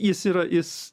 jis yra jis